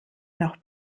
noch